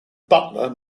butler